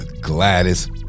Gladys